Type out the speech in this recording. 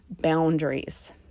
boundaries